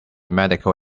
medical